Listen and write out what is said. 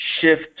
shift